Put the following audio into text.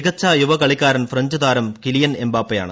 മികച്ച യുവകളിക്കാരൻ ഫ്രഞ്ച് താരം കിലിയൻ എംബാപ്പെയാണ്